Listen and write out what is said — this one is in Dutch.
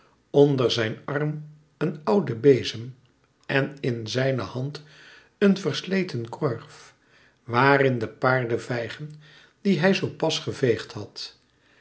onder zijn arm een oude bezem en in zijne hand een versleten korf waar in de paardevijgen die hij zoo pas geveegd had